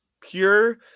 pure